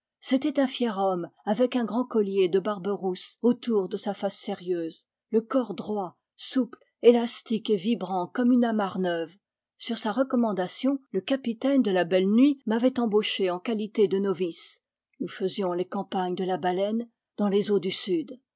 c'était un fier homme avec un grand collier de barbe rousse autour de sa face sérieuse le corps droit souple élastique et vibrant comme une amarre neuve sur sa recommandation le capitaine de la belle de nuit m'avait embauché en qualité de novice nous faisions les campagnes de la baleine dans les eaux du sud